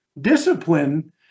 Discipline